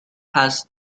has